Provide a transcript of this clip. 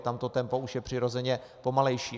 Tam to tempo už je přirozeně pomalejší.